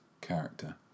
character